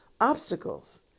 obstacles